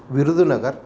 विरुदुलगः